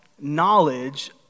knowledge